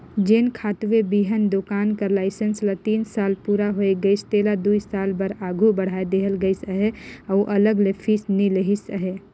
जेन खातूए बीहन दोकान कर लाइसेंस ल तीन साल पूरा होए गइस तेला दुई साल बर आघु बढ़ाए देहल गइस अहे अउ अलग ले फीस नी लेहिस अहे